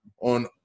on